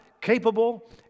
capable